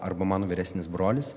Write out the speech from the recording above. arba mano vyresnis brolis